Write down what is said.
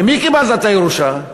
ממי קיבלת את הירושה?